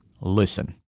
Listen